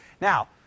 Now